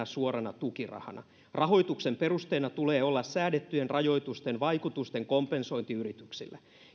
suorana tukirahana rahoituksen perusteena tulee olla säädettyjen rajoitusten vaikutusten kompensointi yrityksille